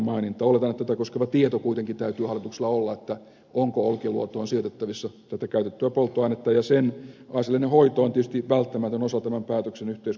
oletan että tätä koskeva tieto kuitenkin täytyy hallituksella olla onko olkiluotoon sijoitettavissa tätä käytettyä polttoainetta ja sen asiallinen hoito on tietysti välttämätön osa tämän päätöksen yhteiskunnallista hyväksyttävyyttä